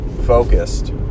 focused